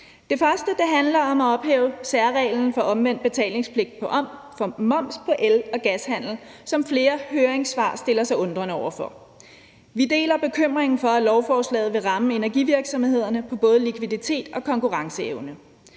Det første handler om at ophæve særreglen for omvendt betalingspligt for moms ved el- og gashandel, som flere høringssvar stiller sig undrende over for. Vi deler bekymringen for, at lovforslaget vil ramme energivirksomhederne på både likviditet og konkurrenceevne.